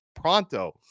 pronto